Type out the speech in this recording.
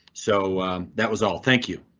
so that was all. thank you.